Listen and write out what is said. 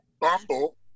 bumble